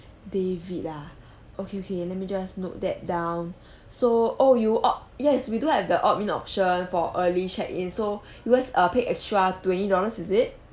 david ah okay okay let me just note that down so oh you opt yes we do have the opt in option for early check in so you guys err paid extra twenty dollars is it